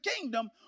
kingdom